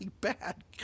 bad